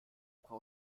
frau